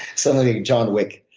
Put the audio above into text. something like john wick.